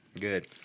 Good